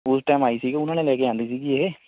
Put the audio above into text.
ਉਸ ਟਾਇਮ ਆਈ ਸੀਗੀ ਉਹਨਾਂ ਨੇ ਲੈ ਕੇ ਆਉਂਦੀ ਸੀਗੀ ਇਹ